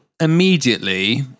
immediately